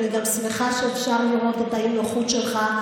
ואני גם שמחה שאפשר לראות את אי-הנוחות שלך.